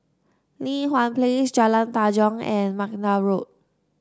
Li Hwan Place Jalan Tanjong and McNair Road